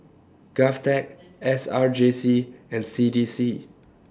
Govtech S R J C and C D C